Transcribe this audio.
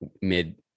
mid